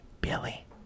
Billy